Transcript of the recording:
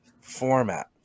format